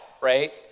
right